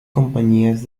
compañías